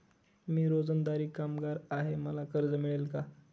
मी रोजंदारी कामगार आहे मला कर्ज मिळेल का?